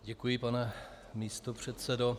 Děkuji, pane místopředsedo.